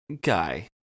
guy